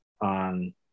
on